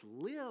live